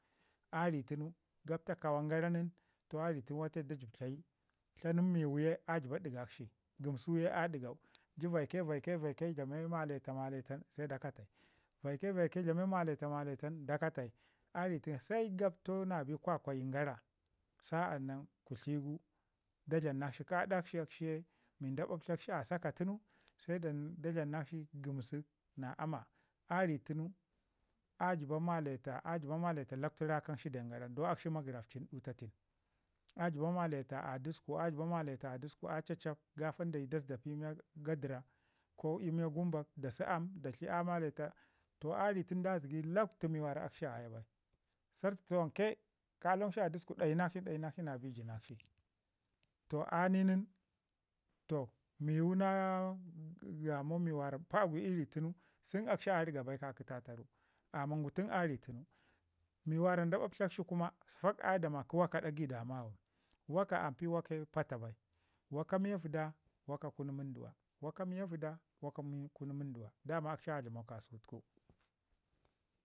a ri tunu gabta kawan garan toh a ri tunu wate da jib tlayi nin miwu ye a jəba ɗigagshi gamsuke a əigau ju vaike vaike dlame maleta se da kate, nakshi valke vaike dlame maleta maletan da ka tai a ri tunu se gabtau na bai gwagwiyin gara sa'anan kutli gu da dlamnakshi kə aɗakshi se mi da babtlakshi a saka tun se da dlamnakshi gəmsak na aama. A ri tunu a jəba maleta a jəba maleta lakwtu rakanshi den garan don akshi magərafcin dutatin a jəba maleta a dəsku a jəba maleta a dəsku chachap kafan dayi dan da zada pi miya gadəra ko miya gumbak da si aam da tli a maleta toh a ri tunu da zəgi lakwtu mi akshi a ya bai. Sartu tawanke ka lawan a dəsku dayi nakshi dayinakshi na bi jinakshi. Toh a ni nin toh miwu na yəmo mi pa agwi gu tunu akshi a rəga bai ka ki tataru amman gu tun a ri tunu mi wara da ɓaɓtlakshi kuma a ya da maki woka ɗagai dama wam, woka ampi woka ii pata bai woka miya vəda woka kun wunduwa, woka miya vəda ko kə kun wunduwa daman akshi a dlama ka tuku